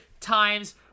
times